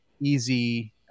easy